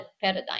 paradigm